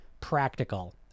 practical